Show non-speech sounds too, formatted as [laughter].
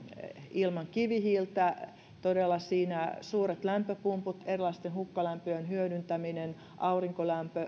ilman kivihiiltä todella siinä suuret lämpöpumput erilaisten hukkalämpöjen hyödyntäminen aurinkolämpö [unintelligible]